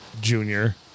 Junior